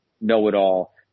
know-it-all